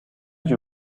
you